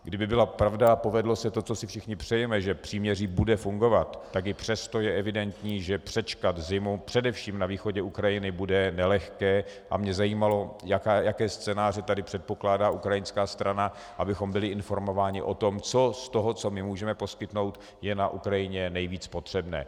Kdyby byla pravda a povedlo se to, co si všichni přejeme, že příměří bude fungovat, tak i přesto je evidentní, že přečkat zimu především na východě Ukrajiny bude nelehké, a mě zajímalo, jaké scénáře tady předpokládá ukrajinská strana, abychom byli informováni o tom, co z toho, co my můžeme poskytnout, je na Ukrajině nejvíc potřebné.